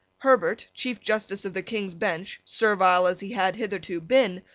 herbert, chief justice of the king's bench, servile as he had hitherto been,